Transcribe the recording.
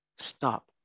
Stop